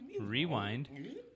Rewind